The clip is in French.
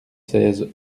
seize